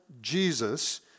Jesus